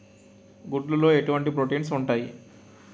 గుడ్లు లో ఎటువంటి ప్రోటీన్స్ ఉంటాయి?